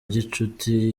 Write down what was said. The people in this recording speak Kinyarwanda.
gicuti